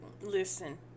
Listen